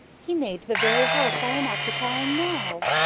he made the very house i am occupying now.